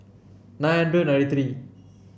nine hundred ninety three